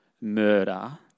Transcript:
murder